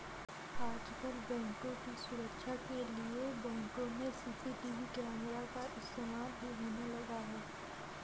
आजकल बैंकों की सुरक्षा के लिए बैंकों में सी.सी.टी.वी कैमरा का इस्तेमाल भी होने लगा है